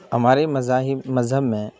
ہمارے مذاہب مذہب میں